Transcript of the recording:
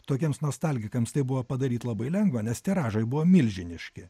tokiems nostalgikams tai buvo padaryt labai lengva nes tiražai buvo milžiniški